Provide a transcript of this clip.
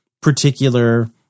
particular